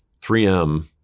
3M